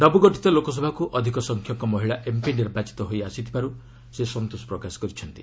ନବଗଠିତ ଲୋକସଭାକୁ ଅଧିକ ସଂଖ୍ୟକ ମହିଳା ଏମ୍ପି ନିର୍ବାଚିତ ହୋଇ ଆସିଥିବାର୍ତ ସେ ସନ୍ତୋଷ ପ୍ରକାଶ କରିଛନ୍ତି